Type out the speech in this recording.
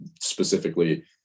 specifically